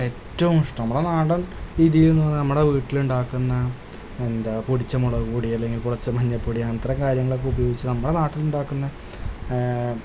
ഏറ്റവും ഇഷ്ടം നമ്മുടെ നാടന് രീതിയെന്നു പറഞ്ഞാൽ നമ്മുടെ വീട്ടിലുണ്ടാക്കുന്ന എന്താ പൊടിച്ച മുളകു പൊടി അല്ലെങ്കില് പൊടിച്ച മഞ്ഞൾപ്പൊടി അങ്ങനത്തെ കാര്യങ്ങളൊക്കെ ഉപയോഗിച്ച് നമ്മുടെ നാട്ടിലുണ്ടാക്കുന്നത്